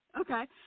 Okay